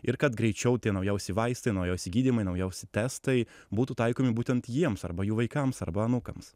ir kad greičiau tie naujausi vaistai naujausi gydymai naujausi testai būtų taikomi būtent jiems arba jų vaikams arba anūkams